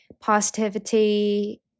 positivity